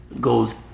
goes